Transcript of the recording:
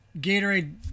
Gatorade